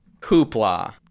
Hoopla